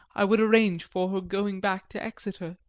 i would arrange for her going back to exeter.